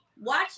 watch